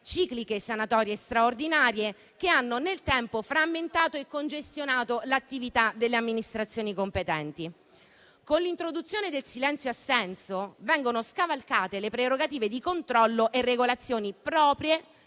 cicliche sanatorie straordinarie, che hanno nel tempo frammentato e congestionato l'attività delle amministrazioni competenti. Con l'introduzione del silenzio assenso, vengono scavalcate le prerogative di controllo e regolazione proprie